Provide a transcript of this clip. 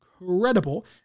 incredible